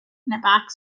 back